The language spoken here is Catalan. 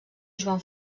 joan